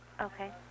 Okay